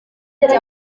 kazi